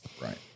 Right